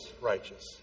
righteous